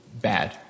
bad